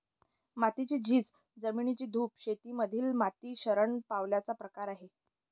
मातीची झीज, जमिनीची धूप शेती मधील माती शरण पावल्याचा प्रकार आहे